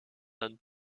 dans